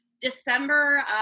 December